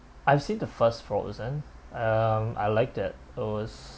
I've seen the first frozen um I liked it it was